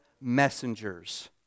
messengers